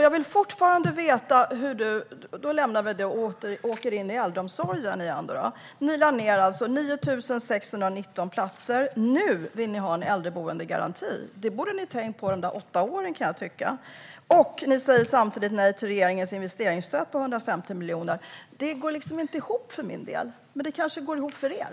När det gäller äldreomsorgen, återigen, lade ni alltså ned 9 619 platser. Nu vill ni ha en äldreboendegaranti. Det borde ni ha tänkt på under era åtta år, kan jag tycka. Samtidigt säger ni nej till regeringens investeringsstöd på 150 miljoner. Det går inte ihop för min del. Hur går det ihop för er?